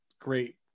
great